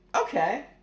Okay